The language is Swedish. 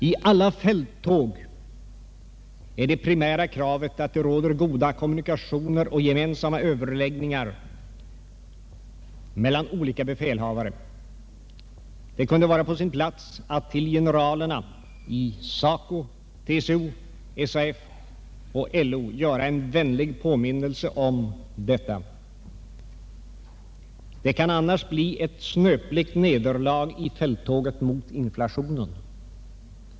I alla fälttåg är det primära kravet att det råder goda kommunikationer mellan de olika befälhavarna och att de har gemensamma överläggningar. Det kunde vara på sin plats att i all vänlighet påminna generalerna i SACO, TCO, SAF och LO om detta, annars kan det bli ett snöpligt nederlag i fälttåget mot inflationen.